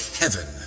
heaven